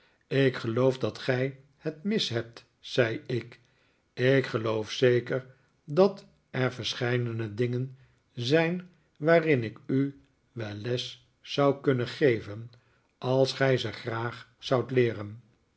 ik geloof dat gij het mis hebt zei ik ik geloof zeker dat er verscheidene dingen zijn waarin ik u wel les zou kunnen geven als gij ze graag zoudt leeren